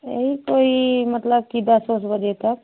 यही कोई मतलब कि दस वस बजे तक